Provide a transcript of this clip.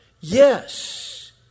Yes